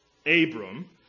Abram